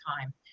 time